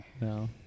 No